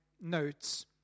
notes